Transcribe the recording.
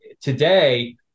today